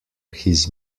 his